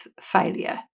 failure